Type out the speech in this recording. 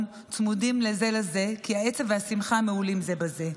צמודים זה לזה כי העצב והשמחה מהולים זה בזה.